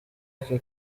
aka